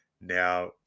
Now